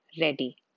ready